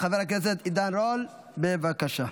חבר הכנסת עידן רול, בבקשה.